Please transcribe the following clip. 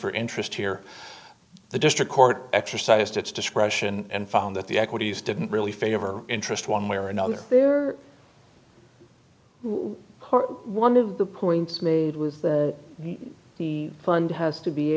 for interest here the district court exercised its discretion and found that the equities didn't really favor interest one way or another there was one of the points made with the fund has to be